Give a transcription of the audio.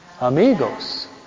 amigos